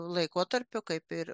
laikotarpiu kaip ir